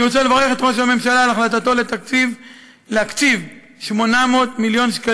אני רוצה לברך את ראש הממשלה על החלטתו להקציב 800 מיליון ש"ח